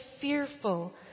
fearful